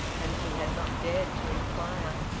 and he had not dared to inquire.